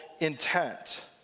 intent